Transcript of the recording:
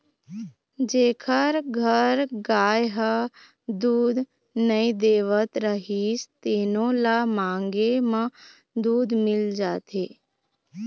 जेखर घर गाय ह दूद नइ देवत रहिस तेनो ल मांगे म दूद मिल जाए